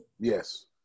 Yes